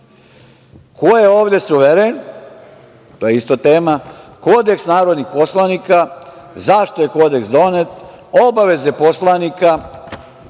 Ko je ovde suveren? To je isto tema. Kodeks narodnih poslanika. Zašto je kodeks donet, obaveze poslanika,